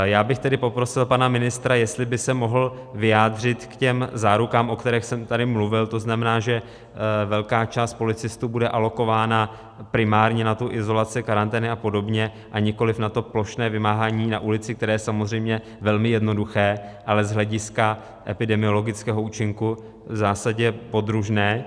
Já bych tedy poprosil pana ministra, jestli by se mohl vyjádřit k těm zárukám, o kterých jsem tady mluvil, to znamená, že velká část policistů bude alokována primárně na tu izolaci, karantény apod., a nikoliv na to plošné vymáhání na ulici, které je samozřejmě velmi jednoduché, ale z hlediska epidemiologického účinku v zásadě podružné.